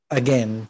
again